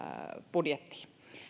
budjettiin